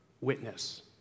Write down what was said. witness